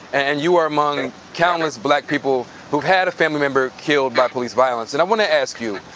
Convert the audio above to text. and you are among countless black people who've had a family member killed by police violence. and i wanna ask you,